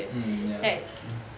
mm ya mm